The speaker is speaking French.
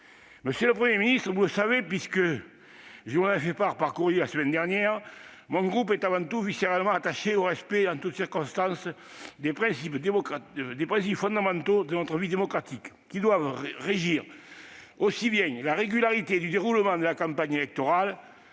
Monsieur le Premier ministre, vous le savez, puisque je vous en ai fait part par courrier la semaine dernière, mon groupe est avant tout viscéralement attaché au respect, en toutes circonstances, des principes fondamentaux de notre vie démocratique, qui doivent régir aussi bien la régularité du déroulement de la campagne électorale